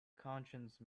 conscience